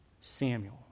Samuel